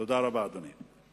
תודה רבה, אדוני.